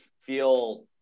feel